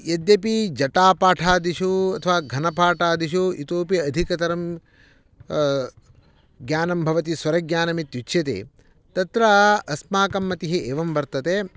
यद्यपि जटापाठादिषु अथवा घनपाटादिषु इतोपि अधिकतरं ज्ञानं भवति स्वरज्ञानम् इति उच्यते तत्र अस्माकं मतिः एवं वर्तते